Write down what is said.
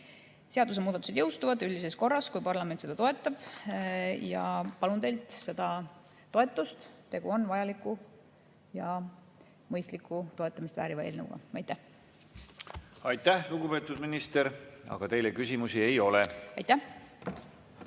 Seadusemuudatused jõustuvad üldises korras, kui parlament seda toetab, ja palun teilt seda toetust. Tegu on vajaliku ja mõistliku, toetamist vääriva eelnõuga. Aitäh! Aitäh, lugupeetud minister! Teile küsimusi ei ole. Aitäh,